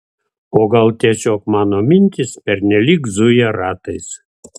o gal tiesiog mano mintys pernelyg zuja ratais